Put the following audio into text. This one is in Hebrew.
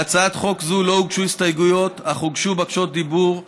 להצעת החוק לא הוגשו הסתייגויות אך הוגשו בקשות רשות דיבור.